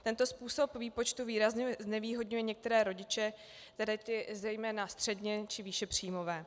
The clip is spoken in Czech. Tento způsob výpočtu výrazně znevýhodňuje některé rodiče, zejména středně či výšepříjmové.